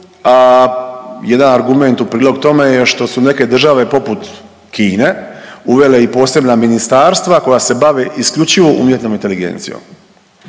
a jedan argument u prilog tome je što su neke države poput Kine uvele i posebna ministarstva koja se bave isključivo umjetnom inteligencijom.